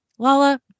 Lala